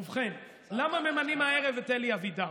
ובכן, למה ממנים הערב את אלי אבידר?